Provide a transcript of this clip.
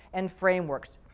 and frameworks.